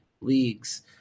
leagues